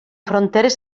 fronteres